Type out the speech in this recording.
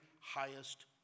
highest